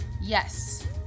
Yes